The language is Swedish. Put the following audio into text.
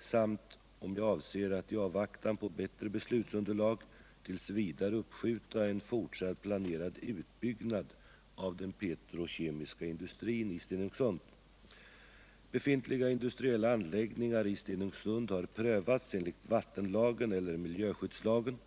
samt om jag avser att i avvaktan på bättre beslutsunderlag t.v. uppskjuta en fortsatt planerad utbyggnad av den petrokemiska industrin i Stenungsund. Befintliga industriella anläggningar i Stenungsund har prövats enligt vattenlagen eller miljöskyddslagen.